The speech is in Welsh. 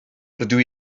rydw